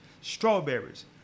strawberries